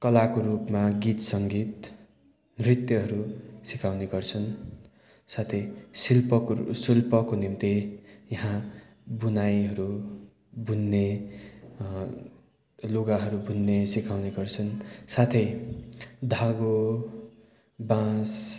कलाको रूपमा गीत सङ्गीत नृत्यहरू सिकाउने गर्छन् साथै शिल्पको शिल्पको निम्ति यहाँ बुनाइहरू बुन्ने लुगाहरू बुन्ने सिकाउने गर्छन् साथै धागो बाँस